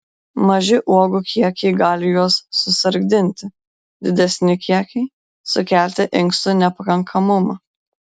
maži uogų kiekiai gali juos susargdinti didesni kiekiai sukelti inkstų nepakankamumą